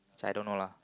which I don't know lah